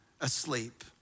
asleep